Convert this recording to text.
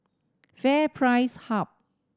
FairPrice Hub